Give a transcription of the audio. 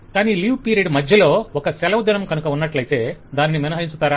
కాని leave period మధ్యలో ఒక సెలవు దినం కనుక ఉన్నట్లయితే దానిని మినహాయించుతారా